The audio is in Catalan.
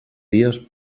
dies